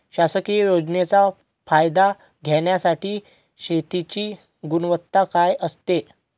शासकीय योजनेचा फायदा घेण्यासाठी शेतीची गुणवत्ता काय असते?